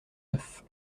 neuf